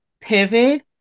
pivot